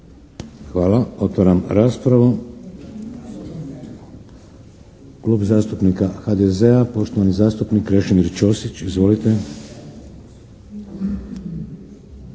Hvala. Otvaram raspravu. Klub zastupnika HDZ-a, poštovani zastupnik Krešimir Ćosić. Izvolite!